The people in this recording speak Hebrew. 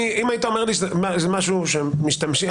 היית אומר לי שזה משהו שמשתמשים בו